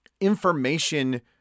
information